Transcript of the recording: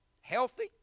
healthy